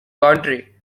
county